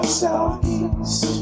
southeast